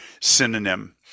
synonym